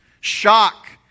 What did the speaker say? Shock